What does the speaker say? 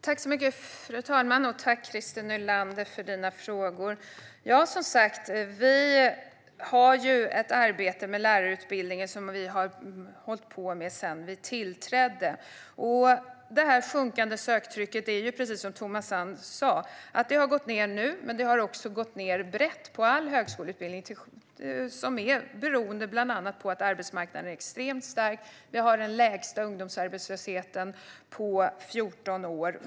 Fru talman! Jag tackar Christer Nylander för frågorna. Vi bedriver ett arbete med lärarutbildningen som vi har hållit på med sedan vi tillträdde. Detta söktryck har, precis som Thomas Strand sa, minskat nu, men det har också minskat brett när det gäller all högskoleutbildning. Det beror bland annat på att arbetsmarknaden är extremt stark. Vi har den lägsta ungdomsarbetslösheten på 14 år.